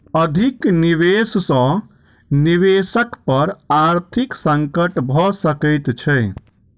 अधिक निवेश सॅ निवेशक पर आर्थिक संकट भ सकैत छै